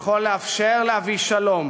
יכול לאפשר להביא שלום.